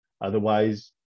Otherwise